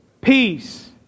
peace